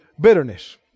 Bitterness